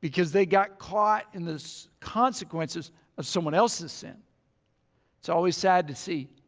because they got caught in this consequences of someone else's sin it's always sad to see.